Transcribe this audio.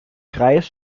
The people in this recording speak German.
greis